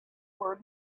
were